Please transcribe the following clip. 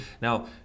Now